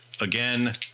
again